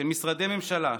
ושל משרדי ממשלה,